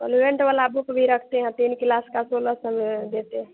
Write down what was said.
ओलवेन्ट वाला बुक भी रखते हैं तीन किलास का सोलह सौ में देते हैं